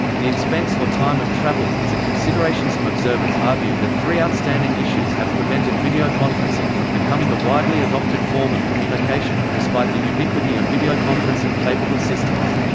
the expense or time of travel is a considerationsome observers argue that three outstanding issues have prevented videoconferencing from becoming a widely adopted form of communication, despite the ubiquity of videoconferencing-capable systems.